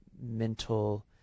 mental